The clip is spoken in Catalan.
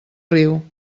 riu